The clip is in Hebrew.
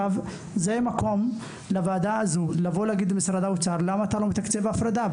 זה המקום לבוא ולשאול את משרד האוצר למה הוא לא מתקצב את ההפרדה?